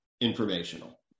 informational